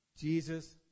Jesus